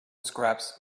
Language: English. scraps